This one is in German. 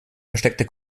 versteckte